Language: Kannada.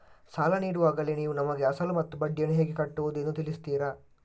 ಸಾಲ ನೀಡುವಾಗಲೇ ನೀವು ನಮಗೆ ಅಸಲು ಮತ್ತು ಬಡ್ಡಿಯನ್ನು ಹೇಗೆ ಕಟ್ಟುವುದು ಎಂದು ತಿಳಿಸುತ್ತೀರಾ?